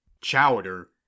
Chowder